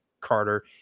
Carter